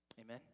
Amen